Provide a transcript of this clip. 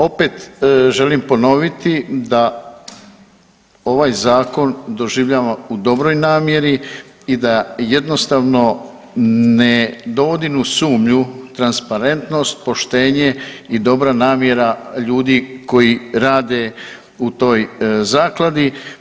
Opet želim ponoviti da ovaj zakon doživljavamo u dobroj namjeri i da jednostavno ne dovodim u sumnju transparentnost, poštenje i dobra namjera ljudi koji rade u toj zakladi.